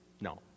No